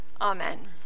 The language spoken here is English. Amen